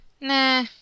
Nah